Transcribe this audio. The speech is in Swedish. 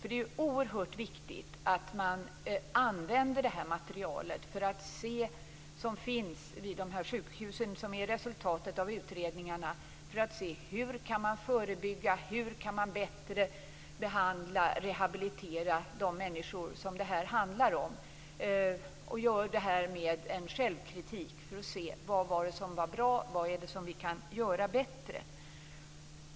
Det är oerhört viktigt att man använder det material som finns vid sjukhusen - resultatet av utredningarna - för att se hur man kan förebygga och bättre behandla och rehabilitera de människor som det handlar om. Det skall man göra med självkritik. Man skall se vad som var bra och vad man kan göra bättre.